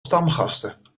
stamgasten